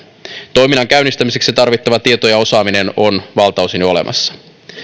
toiminnan käynnistämiseksi tarvittava tieto ja osaaminen on valtaosin jo olemassa